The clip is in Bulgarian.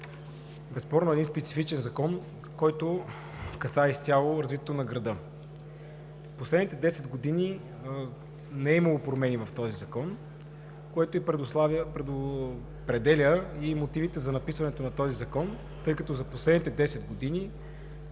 безспорно е един специфичен закон, който касае изцяло развитието на града. През последните 10 години не е имало промени в този закон, което предопределя мотивите за написването на Законопроекта, тъй като за последните 10 години